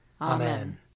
Amen